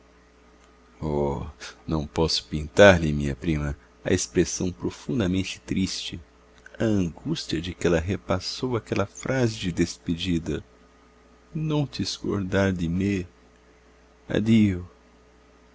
não posso pintar lhe minha prima a expressão profundamente triste a angústia de que ela repassou aquela frase de despedida non ti scordar di me addio